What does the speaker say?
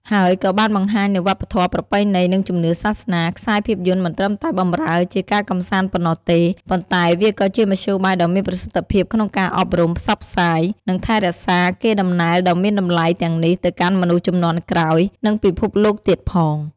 ហើយក៏បានបង្ហាញនូវវប្បធម៌ ប្រពៃណី និងជំនឿសាសនា ខ្សែភាពយន្តមិនត្រឹមតែបម្រើជាការកម្សាន្តប៉ុណ្ណោះទេ ប៉ុន្តែវាក៏ជាមធ្យោបាយដ៏មានប្រសិទ្ធភាពក្នុងការអប់រំ ផ្សព្វផ្សាយ និងថែរក្សាកេរដំណែលដ៏មានតម្លៃទាំងនេះទៅកាន់មនុស្សជំនាន់ក្រោយ និងពិភពលោកទៀតផង។